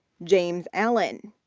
james allan,